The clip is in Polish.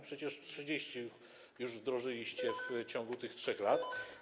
Przecież 30 ich już wdrożyliście w ciągu tych 3 lat.